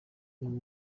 ubu